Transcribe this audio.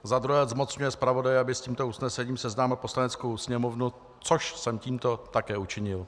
za druhé zmocňuje zpravodaje, aby s tímto usnesením seznámil Poslaneckou sněmovnu, což jsem tímto také učinil.